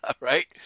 right